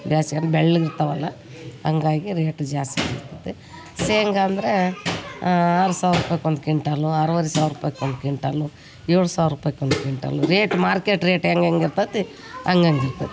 ಬ್ಯಾಸ್ಗೆ ಅಂದ್ರೆ ಬೆಳ್ಳಗೆ ಇರ್ತಾವಲ್ಲ ಅಂಗಾಗಿ ರೇಟು ಜಾಸ್ತಿ ಸಿಕ್ತತೆ ಶೇಂಗಾ ಅಂದರೆ ಆರು ಸಾವಿರ ರೂಪಾಯ್ಗ್ ಒಂದು ಕಿಂಟಾಲು ಆರುವರೆ ಸಾವ್ರ ರುಪಾಯ್ಗೆ ಒನ್ ಕಿಂಟಾಲು ಏಳು ಸಾವಿರ ರೂಪಾಯ್ಗ್ one quintal rate market rate ಹೆಂಗ್ ಹೆಂಗ್ ಇರ್ತತಿ ಹಂಗಂಗ್ ಇರ್ತತೆ